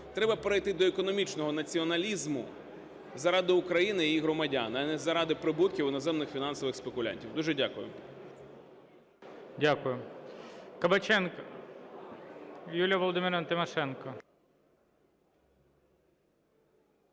Треба перейти до економічного націоналізму заради України і громадян, а не заради прибутків іноземних фінансових спекулянтів. Дуже дякую. ГОЛОВУЮЧИЙ. Дякую. Кабаченко. Юлія Володимирівна Тимошенко.